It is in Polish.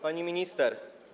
Pani Minister!